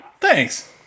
Thanks